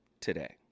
today